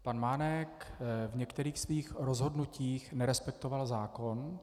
Pan Mánek v některých svých rozhodnutích nerespektoval zákon.